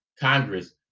Congress